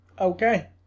Okay